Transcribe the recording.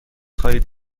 خواهید